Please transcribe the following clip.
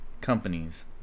companies